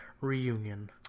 reunion